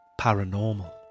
paranormal